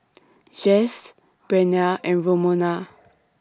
Jesse Breanna and Romona